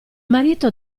marito